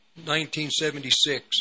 1976